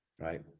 Right